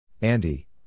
Andy